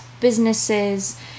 businesses